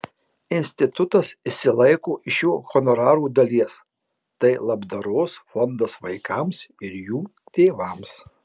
institutas išsilaiko iš jo honorarų dalies tai labdaros fondas vaikams ir jų tėvams